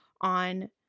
on